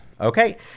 Okay